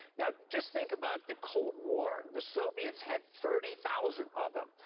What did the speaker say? now, just think about the cold war. the soviets had thirty thousand of them.